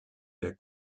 der